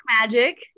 magic